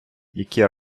які